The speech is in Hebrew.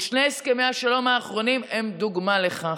ושני הסכמי השלום האחרונים הם דוגמה לכך.